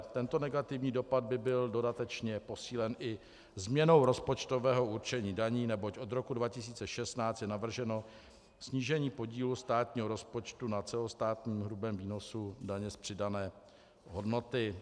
Tento negativní dopad by byl dodatečně posílen i změnou rozpočtového určení daní, neboť od roku 2016 je navrženo snížení podílu státního rozpočtu na celostátním hrubém výnosu daně z přidané hodnoty.